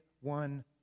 one